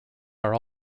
are